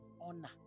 Honor